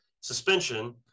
suspension